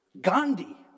Gandhi